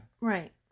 Right